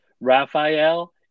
Raphael